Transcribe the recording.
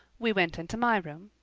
we went into my room.